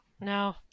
No